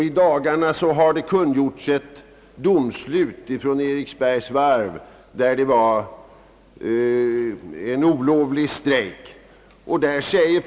I dagarna har kungjorts ett domslut rörande en olovlig strejk vid Eriksbergs varv.